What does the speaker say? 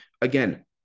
again